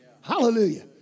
Hallelujah